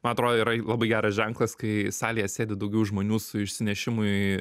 man atrodo yra labai geras ženklas kai salėje sėdi daugiau žmonių su išsinešimui